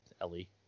ellie